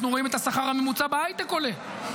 אנחנו רואים את השכר הממוצע בהייטק עולה.